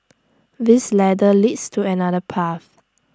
this ladder leads to another path